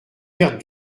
perdre